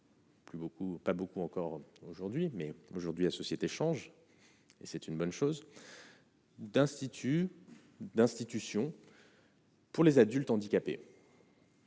pas beaucoup, encore aujourd'hui, mais aujourd'hui la société change et c'est une bonne chose. D'instituts d'institutions. Pour les adultes handicapés.